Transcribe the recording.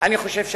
אני חושב שעברנו,